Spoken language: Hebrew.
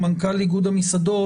מנכ"ל איגוד המסעדות.